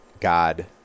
God